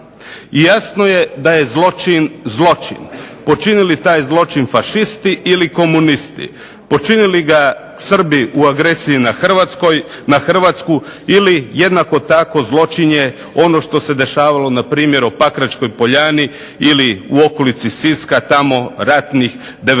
Jasno je daje zločin, zločin, počinili taj zločin Fašisti ili komunisti, počinili ga Srbi u agresiji na Hrvatsku ili jednako tako zločin je ono što se dešavalo npr. u Pakračkoj poljani ili u okolici Siska tamo ratnih '90.-ih